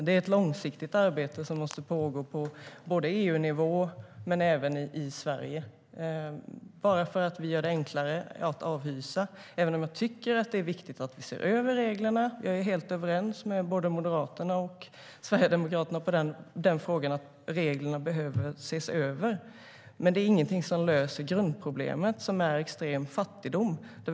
Det är ett långsiktigt arbete som måste ske både på EU-nivå och i Sverige.Jag tycker att det är viktigt och är överens med både Moderaterna och Sverigedemokraterna om att reglerna behöver ses över, men det är inget som löser grundproblemet, som är extrem fattigdom.